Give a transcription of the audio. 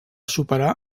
superar